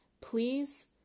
Please